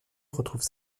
retrouve